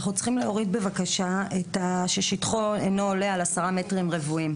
אנחנו צריכים להוריד בבקשה את "ששטחו אינו עולה על השרה מטרים רבועים".